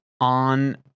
on